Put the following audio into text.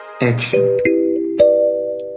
Action